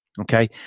okay